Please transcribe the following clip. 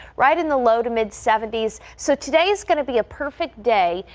right in the low to mid seventy s. so today is going to be a perfect day.